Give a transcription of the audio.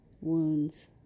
wounds